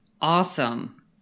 awesome